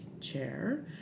chair